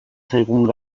zaigun